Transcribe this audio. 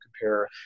compare